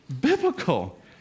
biblical